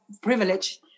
privilege